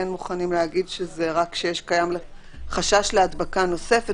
כן מוכנים להגיד שקיים חשש להדבקה נוספת